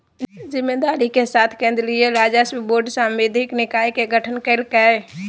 जिम्मेदारी के साथ केन्द्रीय राजस्व बोर्ड सांविधिक निकाय के गठन कइल कय